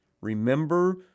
Remember